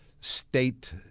state